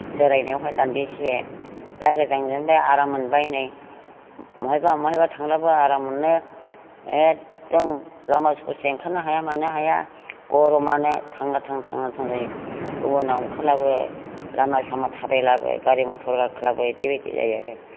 जिरायनायावहाय दान्दिसे दा गोजां जेननाय आराम मोनबाय नै बहायबा बहायबा थांब्लाबो आराम मोनो एखदम लामा ससे ओंखारनो हाया मानो हाया गरमानो थाङा थां थाङा थां जायो गुबुनाव ओंखारलाबो लामा सामा थालायाबो गारि मथर गाखोलाबो बायदि बायदि जायो आरो